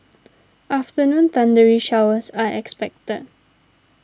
afternoon thundery showers are expected